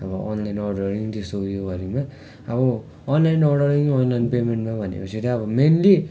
अब online ordering त्यस्तो उयो बारेमा अब अनलाइन अर्डरिङ अनलाइन पेमेन्टमा भनेपछि चाहिँ मेनली